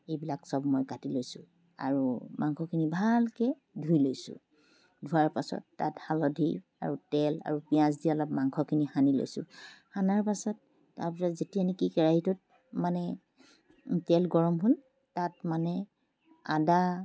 এইবিলাক চব মই কাটি লৈছোঁ আৰু মাংসখিনি ভালকে ধুই লৈছোঁ ধোৱাৰ পাছত তাত হালধি আৰু তেল আৰু পিঁয়াজ দি মাংসখিনি অলপ সানি লৈছোঁ সনাৰ পাছত তাৰপাছত যেতিয়া নেকি কেৰাহিটোত মানে তেল গৰম হ'ল তাত মানে আদা